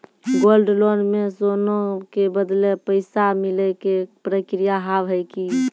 Gold loan मे सोना के बदले पैसा मिले के प्रक्रिया हाव है की?